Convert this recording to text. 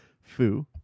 Foo